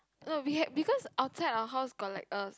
no we had because our outside our house got like a